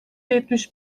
yetmiş